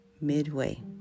midway